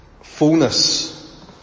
fullness